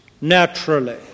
naturally